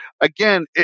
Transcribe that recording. again